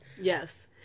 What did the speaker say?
yes